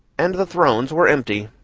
and the thrones were empty.